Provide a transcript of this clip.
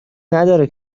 نداره